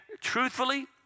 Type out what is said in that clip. truthfully